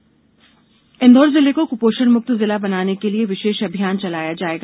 कुपोषण अभियान इंदौर जिले को कुपोषण मुक्त जिला बनाने के लिए विषेष अभियान चलाया जाएगा